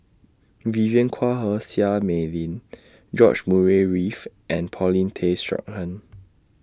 Vivien Quahe Seah Mei Lin George Murray Reith and Paulin Tay Straughan